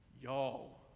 y'all